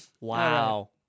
Wow